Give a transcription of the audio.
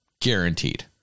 Guaranteed